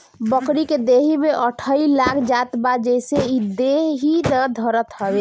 बकरी के देहि में अठइ लाग जात बा जेसे इ देहि ना धरत हवे